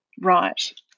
Right